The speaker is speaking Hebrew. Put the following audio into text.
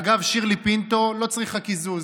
אדוני היושב-ראש, כנסת נכבדה,